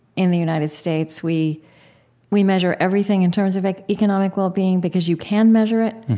in the united states, we we measure everything in terms of like economic well-being, because you can measure it,